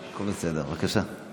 הכול בסדר, בבקשה.